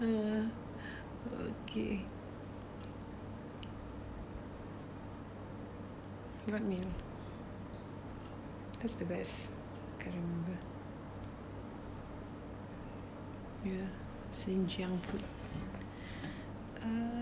uh okay got meal lah that's the best yeah jin jiang food uh